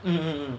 mm mm